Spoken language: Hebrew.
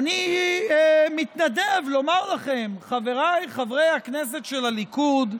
ואני מתנדב לומר לכם: חבריי חברי הכנסת של הליכוד,